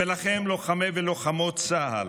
ולכם, לוחמי ולוחמות צה"ל,